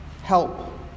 Help